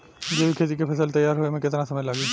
जैविक खेती के फसल तैयार होए मे केतना समय लागी?